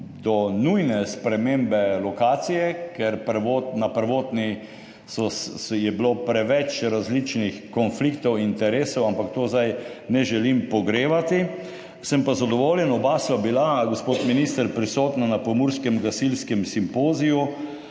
do nujne spremembe lokacije, ker je bilo na prvotni preveč različnih konfliktov interesov, ampak tega zdaj ne želim pogrevati. Sem pa zadovoljen. Oba sva bila, gospod minister, prisotna na pomurskem gasilskem simpoziju,